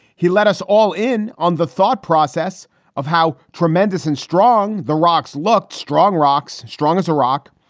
he led us all in on the thought process of how tremendous and strong the rocks looked. strong rocks strong as a rock.